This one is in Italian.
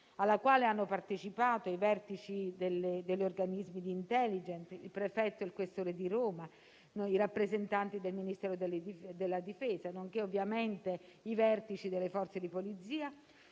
alla quale hanno partecipato i vertici degli organismi di *intelligence,* il prefetto, il questore di Roma, i rappresentanti del Ministero della difesa, nonché ovviamente i vertici delle Forze di polizia,